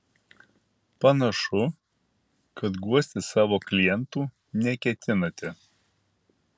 panašu kad guosti savo klientų neketinate